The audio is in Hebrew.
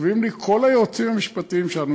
כותבים לי כל היועצים המשפטיים שלנו,